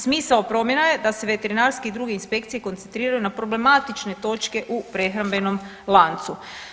Smisao promjena je da se veterinarske i druge inspekcije koncentriraju na problematične točke u prehrambenom lancu.